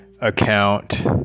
account